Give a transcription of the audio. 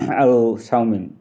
আৰু চাওমিন